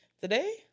Today